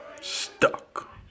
stuck